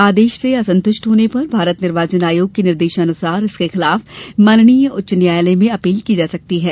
आदेश से असन्तृष्ट होने पर भारत निर्वाचन आयोग के निर्देश अनुसार इसके विरूद्ध माननीय उच्चतम न्यायालय में अपील की जा सकती है